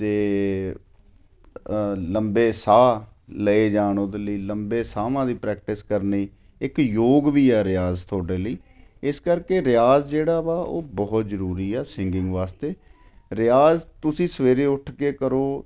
ਅ ਅਤੇ ਲੰਬੇ ਸਾਹ ਲਏ ਜਾਣ ਉਹਦੇ ਲਈ ਲੰਬੇ ਸਾਹਵਾਂ ਦੀ ਪ੍ਰੈਕਟਿਸ ਕਰਨੀ ਇੱਕ ਯੋਗ ਵੀ ਹੈ ਰਿਆਜ਼ ਤੁਹਾਡੇ ਲਈ ਇਸ ਕਰਕੇ ਰਿਆਜ਼ ਜਿਹੜਾ ਵਾ ਉਹ ਬਹੁਤ ਜ਼ਰੂਰੀ ਆ ਸਿੰਗਿੰਗ ਵਾਸਤੇ ਰਿਆਜ਼ ਤੁਸੀਂ ਸਵੇਰੇ ਉੱਠ ਕੇ ਕਰੋ